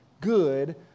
good